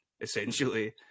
essentially